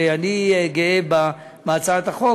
ואני גאה בהצעת החוק.